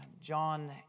John